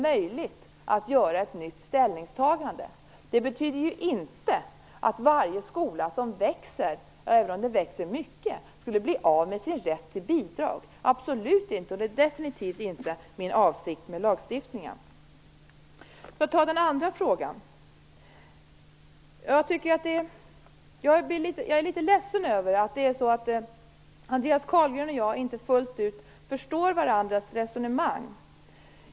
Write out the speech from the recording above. Detta betyder inte att varje skola som växer, även om den växer mycket, skulle bli av med sin rätt till bidrag. Absolut inte! Det är definitivt inte min avsikt med lagstiftningen. När det gäller den andra frågan är jag litet ledsen över att Andreas Carlgren och jag inte fullt ut förstår varandras resonemang.